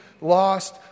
lost